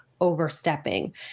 overstepping